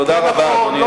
כן נכון?